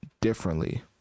differently